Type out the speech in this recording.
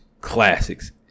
classics